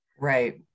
Right